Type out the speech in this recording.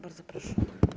Bardzo proszę.